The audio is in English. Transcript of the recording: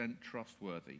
trustworthy